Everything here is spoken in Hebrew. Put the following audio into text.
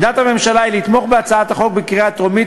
עמדת הממשלה היא לתמוך בהצעת החוק בקריאה טרומית,